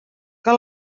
que